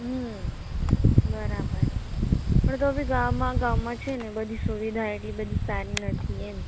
હુમ બરાબર પણ તો ભી ગામને ગામમાં છે ને બધી સુવિધા એટલી બધી સારી નથી એમ